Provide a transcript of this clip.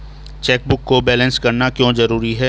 Chequebook को balance करना क्यों जरूरी है?